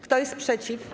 Kto jest przeciw?